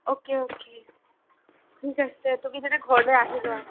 okay okay ঠিক আছে তুমি তেন্তে ঘৰলৈ আহি লোৱা